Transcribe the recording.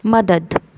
मदद